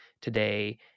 today